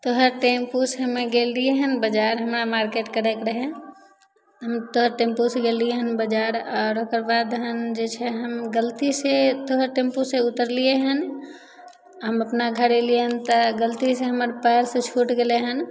तोहर टेम्पूसँ हमे गेल रहियै हन बजार हमरा मार्केट करयके रहय हम तोरा टेम्पूसँ गेल रहियै हन बजार आओर ओकर बाद हम जे छै हम गलतीसँ तोहर टेम्पूसँ उतरलियै हन हम अपना घर एलियै हन तऽ गलतीसँ हमर पयरसँ छुटि गेलय हन